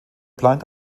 blind